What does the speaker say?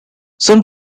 some